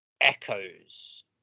echoes